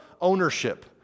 ownership